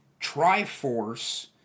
Triforce